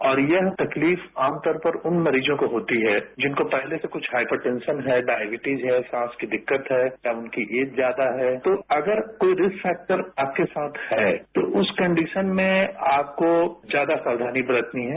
और यह तकलीफ आम तौर पर उन मरीजों को होती है जिनको पहले से कुछ हाइपोटेंशन है डाइबिटिज है सांस की दिक्कत है और उनकी ऐज ज्यादा है तो अगर कोई रिक्स सैक्टर आपके साथ है तो उस कंडीशन में आपकों ज्यादा सावधानी बरतनी है